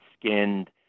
skinned